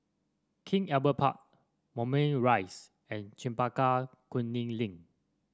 King Albert Park Moulmein Rise and Chempaka Kuning Link